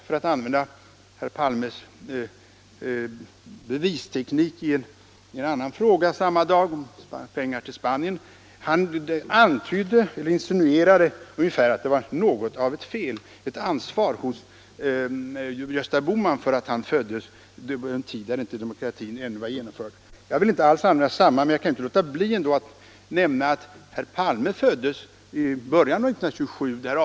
För att illustrera herr Palmes bevisteknik vill jag peka på ett annat ärende samma dag, nämligen frågan om pengar till Spanien. Herr Palme antydde att Gösta Bohman skulle ha haft fel, eftersom denne hade fötts på den tiden när demokratin ännu inte var genomförd. Jag vill inte alls använda samma bevisteknik, men jag kan ändå inte underlåta att nämna att herr Palme föddes i början av 1927.